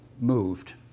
moved